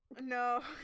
No